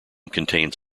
contains